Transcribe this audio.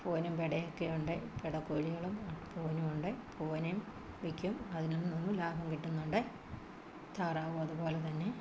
പൂവനും പിടയൊക്കെയുണ്ട് പിടക്കോഴികളും പൂവനും ഉണ്ട് പൂവനെയും വിൽക്കും അതിൽ നിന്നും ലാഭം കിട്ടുന്നുണ്ട് താറാവു അതു പോലെ തന്നെ